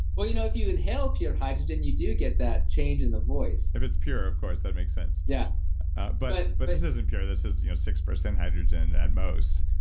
you know, if you inhale pure hydrogen you do get that change in the voice if it's pure, of course, that makes sense. yeah but but, this isn't pure. this is you know six percent hydrogen, at most,